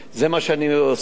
זה מה שאני עושה.